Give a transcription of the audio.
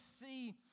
see